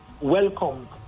welcome